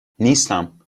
نیستم